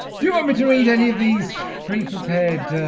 do you want me to read any of these pre-prepared